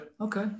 Okay